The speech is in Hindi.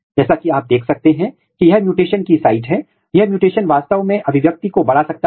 तब आप इस जीन को मैप कर सकते हैं और फिर पहचान कर आगे के कार्य के लिए इस जीन को ले सकते हैं